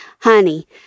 honey